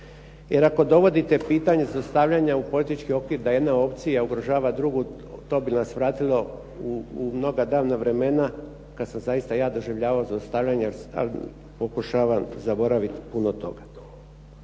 Jer ako dovodite pitanje zlostavljanja u politički okvir da jedna opcija ugrožava drugu to bi nas vratilo u mnoga davna vremena kada sam zaista ja doživljavao zlostavljanje ali pokušavam zaboraviti puno toga.